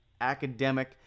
academic